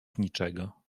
niczego